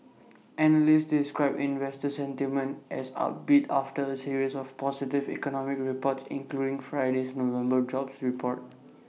analysts described investor sentiment as upbeat after A series of positive economic reports including Friday's November jobs report